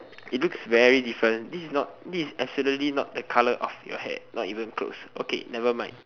it looks very different this is not this is absolutely not the colour of your hair not even close okay nevermind